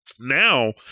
now